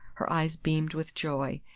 her eyes beamed with joy,